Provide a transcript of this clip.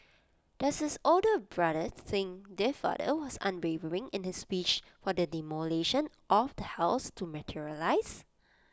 does his older brother think their father was unwavering in his wish for the demolition of the house to materialise